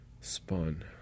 spun